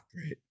great